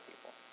people